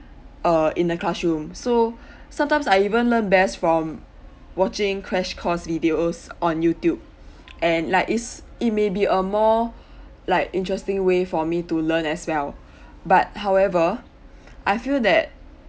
err in the classroom so sometimes I even learn best from watching crash course videos on youtube and like it's it may be a more like interesting way for me to learn as well but however I feel that